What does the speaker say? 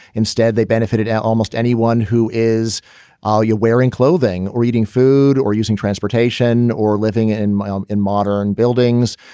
instead, they benefited almost anyone who is all you wearing clothing or eating food or using transportation or living in my home um in modern buildings.